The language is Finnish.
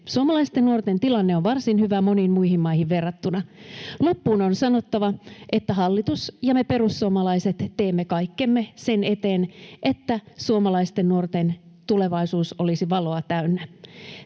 Suomalaisten nuorten tilanne on varsin hyvä moniin muihin maihin verrattuna. Loppuun on sanottava, että hallitus ja me perussuomalaiset teemme kaikkemme sen eteen, että suomalaisten nuorten tulevaisuus olisi valoa täynnä.